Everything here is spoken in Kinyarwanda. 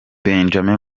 benjamin